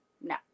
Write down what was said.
No